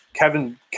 Kevin